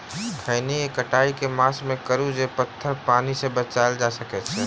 खैनी केँ कटाई केँ मास मे करू जे पथर पानि सँ बचाएल जा सकय अछि?